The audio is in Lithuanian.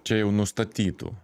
čia jau nustatytų